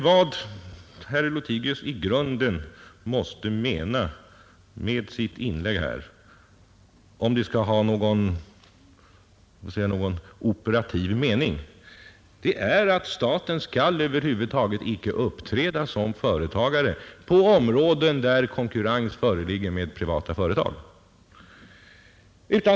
Vad herr Lothigius i grund och botten måste mena med sitt inlägg — om det skall ha någon operativ mening — är att staten över huvud taget inte skall uppträda som företagare på områden där konkurrens föreligger med privata företag.